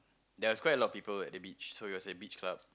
there was quite a lot of people at the beach so it was a beach club